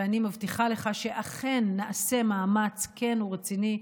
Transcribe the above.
ואני מבטיחה לך שאכן נעשה מאמץ כן ורציני,